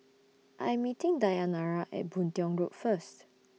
I Am meeting Dayanara At Boon Tiong Road First